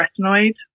Retinoid